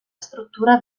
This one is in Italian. struttura